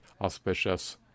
auspicious